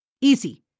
Easy